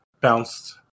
bounced